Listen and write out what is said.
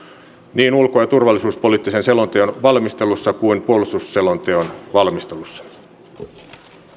niin ulko ja turvallisuuspoliittisen selonteon valmistelussa kuin puolustusselonteon valmistelussa